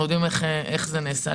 אנחנו יודעים איך זה נעשה,